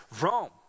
Rome